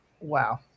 wow